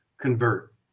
convert